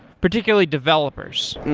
particularly developers?